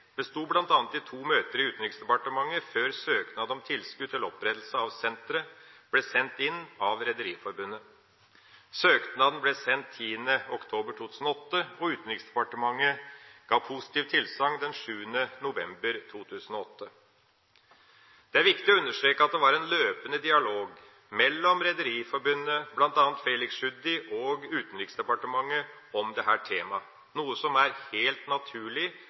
besto bl.a. av to møter i Utenriksdepartementet før søknad om tilskudd til opprettelse av senteret ble sendt inn av Rederiforbundet. Søknaden ble sendt 10. oktober 2008, og Utenriksdepartementet ga positivt tilsagn den 7. november 2008. Det er viktig å understreke at det var en løpende dialog mellom Rederiforbundet, bl.a. Felix Tschudi, og Utenriksdepartementet om dette temaet, noe som er